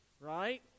right